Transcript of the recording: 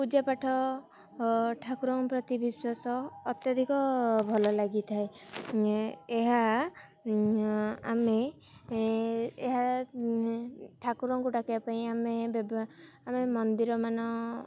ପୂଜା ପାାଠ ଠାକୁରଙ୍କ ପ୍ରତି ବିଶ୍ୱାସ ଅତ୍ୟଧିକ ଭଲ ଲାଗିଥାଏ ଏହା ଆମେ ଏହା ଠାକୁରଙ୍କୁ ଡାକିବା ପାଇଁ ଆମେ ଆମେ ମନ୍ଦିରମାନ